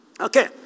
Okay